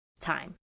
time